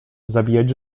zabijać